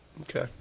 Okay